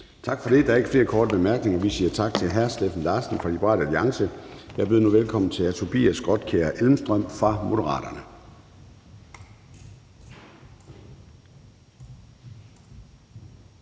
Tak for det. Der er ikke flere korte bemærkninger, og vi siger tak til hr. Steffen Larsen fra Liberal Alliance. Jeg byder nu velkommen til hr. Tobias Grotkjær Elmstrøm fra Moderaterne.